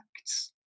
acts